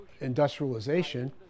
industrialization